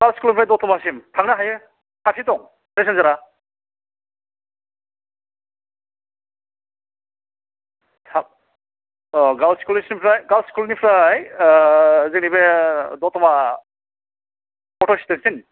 girls स्कुलनिफ्राय दतमासिम थांनो हायो साफसे दं पेसेनजारा थाम औ गार्लस स्कुलसिमनिफ्राय गार्लस स्कुलनिफ्राय जोंनि बे दतमा अट'स्टेनसिम